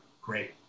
great